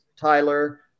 Tyler